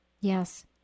Yes